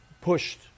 pushed